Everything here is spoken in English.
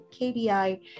KDI